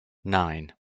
nine